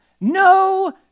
no